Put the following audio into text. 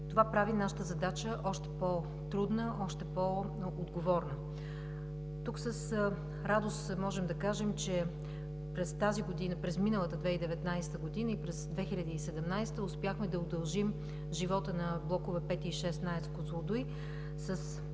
Това прави нашата задача още по-трудна, още по-отговорна. Тук с радост можем да кажем, че през миналата 2019 г., и през 2017 г. успяхме да удължим живота на блокове V и VI на